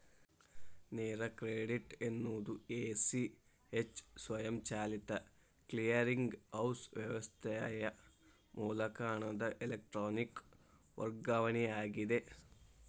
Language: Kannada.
ನೇರ ಕ್ರೆಡಿಟ್ ಎನ್ನುವುದು ಎ, ಸಿ, ಎಚ್ ಸ್ವಯಂಚಾಲಿತ ಕ್ಲಿಯರಿಂಗ್ ಹೌಸ್ ವ್ಯವಸ್ಥೆಯ ಮೂಲಕ ಹಣದ ಎಲೆಕ್ಟ್ರಾನಿಕ್ ವರ್ಗಾವಣೆಯಾಗಿದೆ